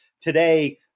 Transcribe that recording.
today